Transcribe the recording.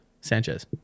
Sanchez